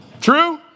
True